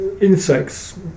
insects